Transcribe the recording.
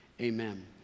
amen